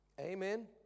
Amen